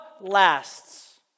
lasts